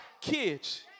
kids